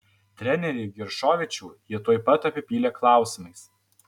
trenerį giršovičių jie tuoj pat apipylė klausimais